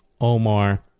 Omar